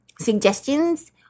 suggestions